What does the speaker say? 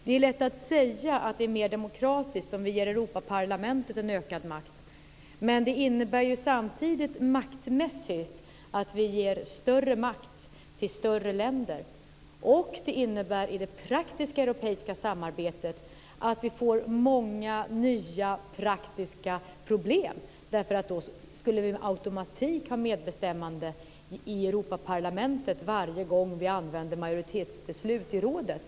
Det är lätt att säga att det är mer demokratisk om vi ger Europaparlamentet en ökad makt. Men det innebär samtidigt maktmässigt att vi ger större makt till större länder. Det innebär i det praktiska europeiska samarbetet att vi får många nya praktiska problem. Vi skulle med automatik ha medbestämmande i Europaparlamentet varje gång vi använde majoritetsbeslut i rådet.